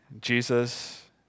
Jesus